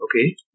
Okay